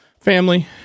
family